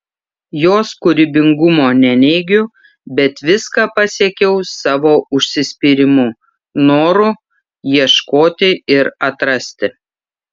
jos kūrybingumo neneigiu bet viską pasiekiau savo užsispyrimu noru ieškoti ir atrasti